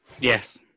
Yes